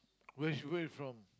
which way from